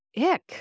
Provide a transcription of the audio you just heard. ick